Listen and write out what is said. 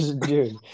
dude